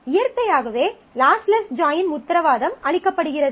இயற்கையாகவே lossless join உத்தரவாதம் அளிக்கப்படுகிறது